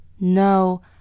No